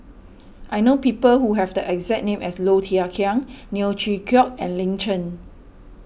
I know people who have the exact name as Low Thia Khiang Neo Chwee Kok and Lin Chen